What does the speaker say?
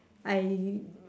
I